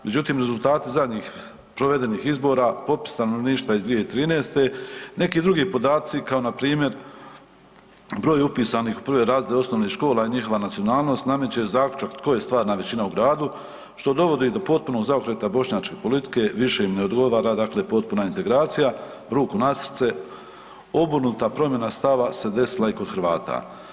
Međutim, rezultati zadnjih provedenih izbora, popis stanovništva iz 2013. i neki drugi podaci kao npr. broj upisanih u prve razrede osnovnih škola i njihova nacionalnost nameće zaključak tko je stvarna većina u gradu, što dovodi do potpunog zaokreta bošnjačke politike, više im ne odgovara dakle potpuna integracija, ruku na srce obrnuta promjena stava se desila i kod Hrvata.